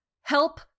help